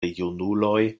junuloj